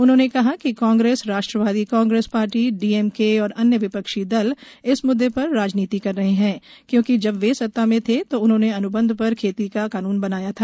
उन्होंने कहा कि कांग्रेस राष्ट्रवादी कांग्रेस पार्टी डीएमके और अन्य विपक्षी दल इस मुद्दे पर राजनीति कर रहे हैं क्योंकि जब वे सत्ता में थे तो उन्होंने अन्बंध पर खेती का कानून बनाया था